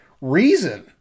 reason